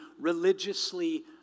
religiously